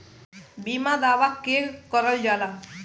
बीमा दावा केगा करल जाला?